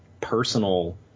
personal